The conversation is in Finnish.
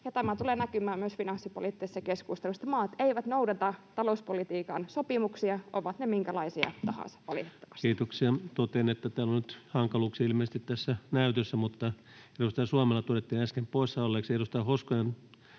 Tämä tulee näkymään myös finanssipoliittisessa keskustelussa, että maat eivät noudata talouspolitiikan sopimuksia, ovat ne minkälaisia tahansa, valitettavasti. Kiitoksia. — Totean, että täällä on nyt ilmeisesti hankaluuksia tässä näytössä, mutta edustaja Suomela todettiin äsken poissaolleeksi. Edustaja Hoskonen